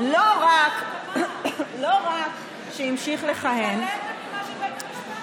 שאם וכאשר יוגש כתב אישום,